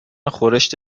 خورشت